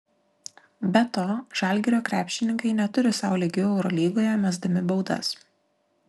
be to žalgirio krepšininkai neturi sau lygių eurolygoje mesdami baudas